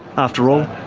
after all,